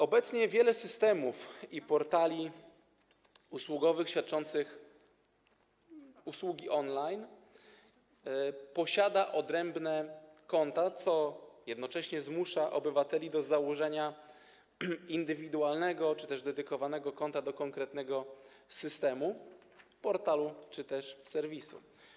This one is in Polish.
Obecnie wiele systemów i portali usługowych świadczących usługi on-line posiada odrębne konta, co zmusza obywateli do założenia indywidualnego czy też dedykowanego konta dla konkretnego systemu, portalu czy też serwisu.